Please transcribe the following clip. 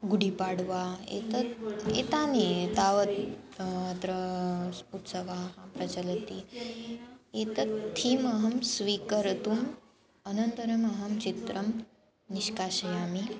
गुडिपाड्वा एतत् एते तावत् अत्र उत्सवाः प्रचलन्ति एतत् थीम् अहं स्वीकरोमि अनन्तरम् अहं चित्रं निष्कासयामि